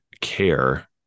care